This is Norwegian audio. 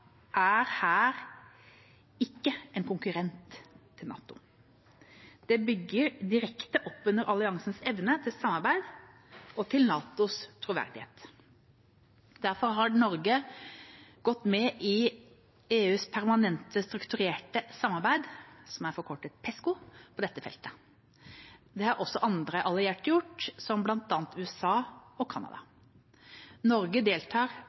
er ikke her en konkurrent til NATO. Det bygger direkte oppunder alliertes evne til samvirke og dermed til NATOs troverdighet. Derfor har Norge gått med i EUs permanente strukturerte samarbeid, PESCO, på dette feltet. Det har også andre allierte gjort, bl.a. USA og Canada. Norge deltar